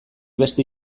beste